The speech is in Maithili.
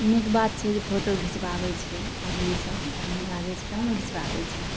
नीक बात छै जे फोटो घीचबाबै छै आदमी सब बढ़िआँ लागे छै तहन ने घीचबाबै छै